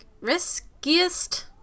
riskiest